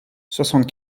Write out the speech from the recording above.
soixante